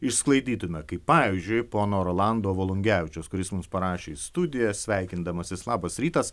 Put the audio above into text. išsklaidytume kaip pavyzdžiui pono rolando volungevičiaus kuris mums parašė į studiją sveikindamasis labas rytas